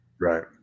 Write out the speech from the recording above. right